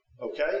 okay